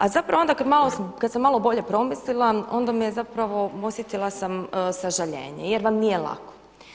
A zapravo onda kad sam malo bolje promislila onda mi je zapravo, osjetila sam sažaljenje jer vam nije lako.